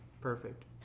perfect